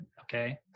Okay